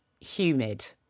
humid